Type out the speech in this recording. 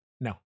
no